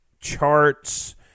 charts